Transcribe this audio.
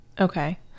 Okay